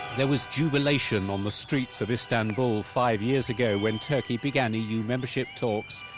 there was jubilation on the streets of istanbul five years ago, when turkey began eu membership talks.